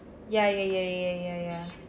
ya ya ya ya ya ya ya